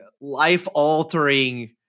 life-altering